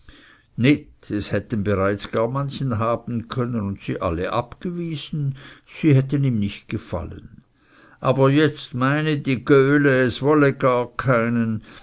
es hätte bereits gar manchen haben können und sie alle abgewiesen sie hätten ihm nicht gefallen aber jetzt meine die göhle es wolle gar keinen